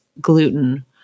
gluten